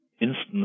instance